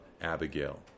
Abigail